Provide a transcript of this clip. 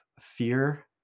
fear